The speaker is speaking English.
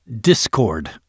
discord